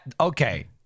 okay